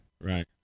Right